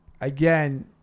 again